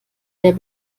der